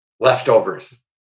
leftovers